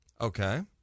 Okay